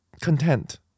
content